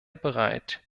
bereit